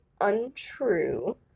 untrue